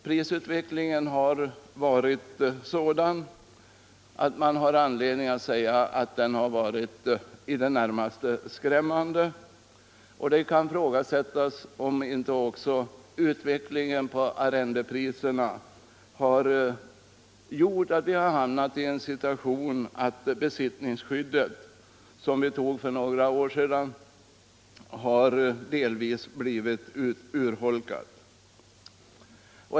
Prisutvecklingen har varit sådan, att man har anledning påstå att den har varit i det närmaste skrämmande. Det kan också ifrågasättas, om inte utvecklingen av arrendepriserna har medfört att vi hamnat i en situation där besittningskyddet, som riksdagen införde för några år sedan, delvis har blivit urholkat.